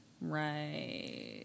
Right